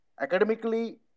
academically